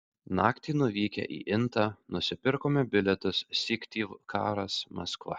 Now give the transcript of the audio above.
naktį nuvykę į intą nusipirkome bilietus syktyvkaras maskva